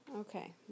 Okay